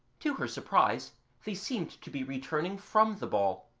to her surprise they seemed to be returning from the ball,